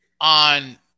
on